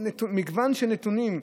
יש מגוון של נתונים,